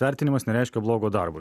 vertinimas nereiškia blogo darbo